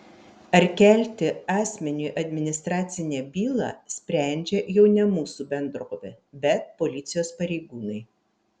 ar kelti asmeniui administracinę bylą sprendžia jau ne mūsų bendrovė bet policijos pareigūnai